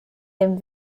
dem